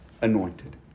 anointed